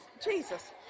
Jesus